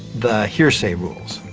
the hearsay rules,